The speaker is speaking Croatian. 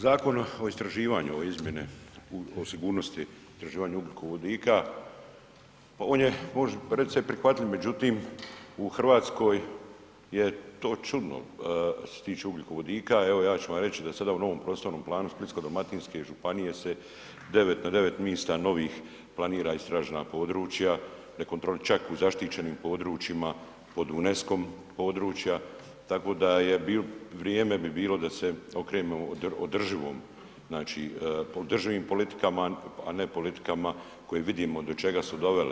Zakon o istraživanju, ove izmjene, o sigurnosti istraživanju ugljikovodika, on je možda, ... prihvatljiv, međutim, u Hrvatskoj je to čudno što se tiče ugljikovodika, evo, ja ću vam reći da sada u novom prostornom planu Splitsko-dalmatinske županije se 9, na 9 mista novih planira istražena područja, ... čak u zaštićenim područjima pod UNESCO-om područja, tako da je bilo, vrijeme bi bilo da se okrenemo održivom znači, održivim politikama, a ne politikama koje vidimo do čega su dovele.